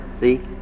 see